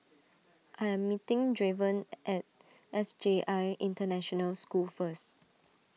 I am meeting Draven at S J I International School first